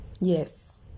yes